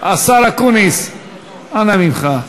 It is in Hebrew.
השר אקוניס, אנא ממך.